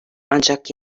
ancak